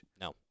no